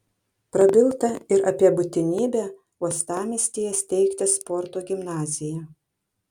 prabilta ir apie būtinybę uostamiestyje steigti sporto gimnaziją